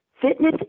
fitness